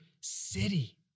city